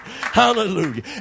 hallelujah